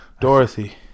Dorothy